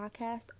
podcast